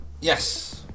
Yes